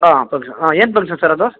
ಹಾಂ ಫಂಕ್ಷನ್ ಹಾಂ ಏನು ಫಂಕ್ಷನ್ ಸರ್ ಅದು